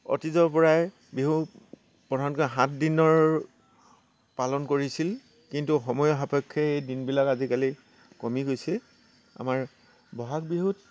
অতীজৰ পৰাই বিহু প্ৰধানকৈ সাত দিনৰ পালন কৰিছিল কিন্তু সময় সাপেক্ষে এই দিনবিলাক আজিকালি কমি গৈছে আমাৰ বহাগ বিহুত